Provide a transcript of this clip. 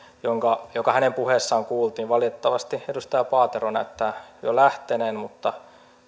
joka hänen puheessaan kuultiin valitettavasti edustaja paatero näyttää jo lähteneen mutta